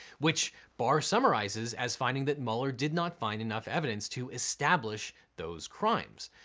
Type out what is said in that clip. which barr summarizes as finding that mueller did not find enough evidence to establish those crimes.